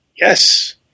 Yes